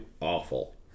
awful